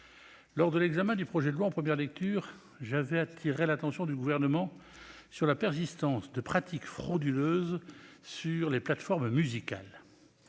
Lors de l'examen du projet de loi en première lecture, j'avais attiré l'attention du Gouvernement sur la persistance de pratiques frauduleuses sur les plateformes musicales.